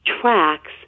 tracks